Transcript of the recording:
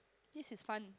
this is fun